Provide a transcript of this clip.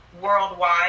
worldwide